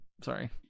Sorry